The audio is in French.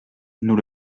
nous